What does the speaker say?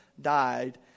died